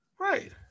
Right